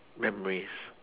memory